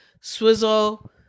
Swizzle